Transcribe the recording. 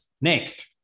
Next